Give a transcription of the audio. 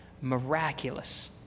miraculous